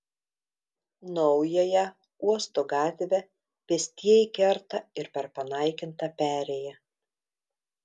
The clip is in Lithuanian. naująją uosto gatvę pėstieji kerta ir per panaikintą perėją